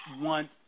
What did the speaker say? want